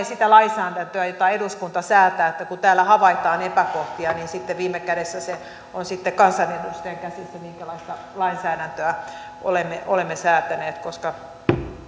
sitä lainsäädäntöä jota eduskunta säätää kun täällä havaitaan epäkohtia niin sitten viime kädessä se on kansanedustajien käsissä minkälaista lainsäädäntöä olemme olemme säätäneet koska